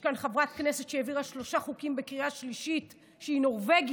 יש כאן חברת כנסת שהעבירה שלושה חוקים בקריאה שלישית שהיא נורבגית.